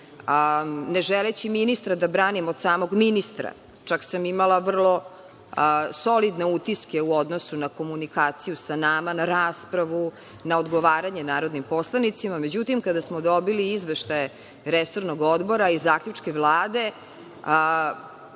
ne želeći ministra da branim od samog ministra. Čak sam imala vrlo solidne utiske u odnosu na komunikaciju sa nama, na raspravu, na odgovaranje narodnim poslanicima. Međutim, kada smo dobili izveštaj resornog odbora i zaključke Vlade,